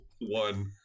one